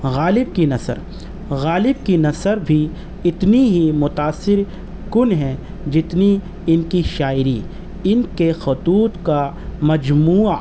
غالب کی نثر غالب کی نثر بھی اتنی ہی متاثر کن ہیں جتنی ان کی شاعری ان کے خطوط کا مجموعہ